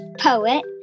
poet